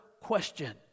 question